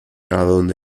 adonde